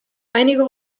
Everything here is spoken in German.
einige